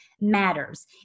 matters